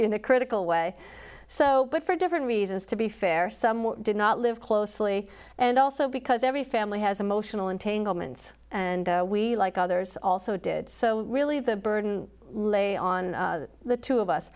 in a critical way so but for different reasons to be fair some did not live closely and also because every family has emotional entanglements and we like others also did so really the burden lay on the two of us